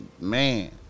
man